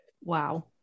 wow